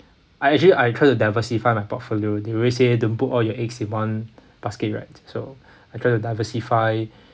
I actually I try to diversify my portfolio they always say don't put all your eggs in one basket right so I try to diversify